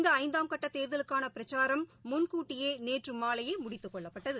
இந்தஐந்தாம கட்டதேர்தலுக்கானபிரச்சாரம் முன்கூட்டியேநேற்றுமாலையேமுடித்துக் கொள்ளப்பட்டது